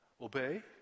Obey